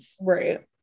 right